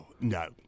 No